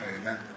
Amen